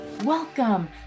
Welcome